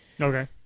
Okay